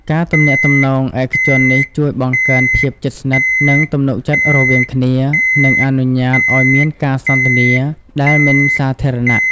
ការទំនាក់ទំនងឯកជននេះជួយបង្កើនភាពជិតស្និទ្ធ និងទំនុកចិត្តរវាងគ្នា និងអនុញ្ញាតឱ្យមានការសន្ទនាដែលមិនសាធារណៈ។